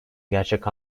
gerçek